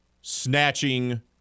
Snatching